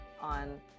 on